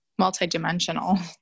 multidimensional